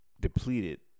Depleted